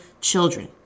children